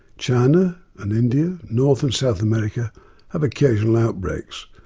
china and india, north and south america have occasional outbreaks.